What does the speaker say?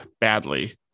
badly